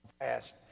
past